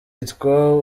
yitwa